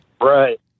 Right